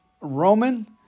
Roman